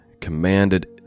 commanded